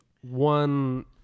one